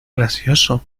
gracioso